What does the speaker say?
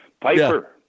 Piper